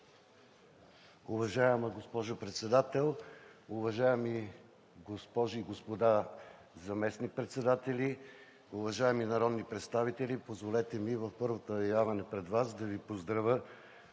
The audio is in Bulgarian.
Уважаема госпожо Председател, уважаеми госпожи и господа заместник-председатели, уважаеми народни представители! Позволете ми в първото явяване пред Вас да Ви поздравя